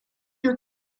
your